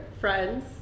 friends